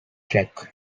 track